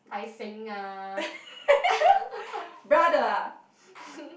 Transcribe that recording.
Tai-Seng ah